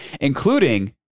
including